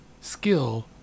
skill